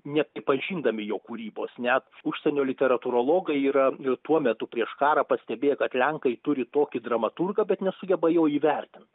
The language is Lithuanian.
nepripažindami jo kūrybos net užsienio literatūrologai yra tuo metu prieš karą pastebėję kad lenkai turi tokį dramaturgą bet nesugeba jo įvertint